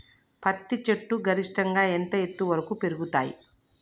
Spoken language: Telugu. పత్తి చెట్లు గరిష్టంగా ఎంత ఎత్తు వరకు పెరుగుతయ్?